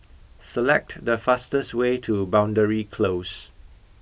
select the fastest way to Boundary Close